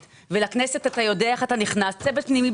ולכנסת אתה יודע איך אתה נכנס ואתה לא